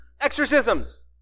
exorcisms